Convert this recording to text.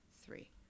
three